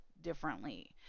differently